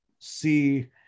see